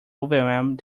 overwhelmed